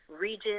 region